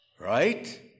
Right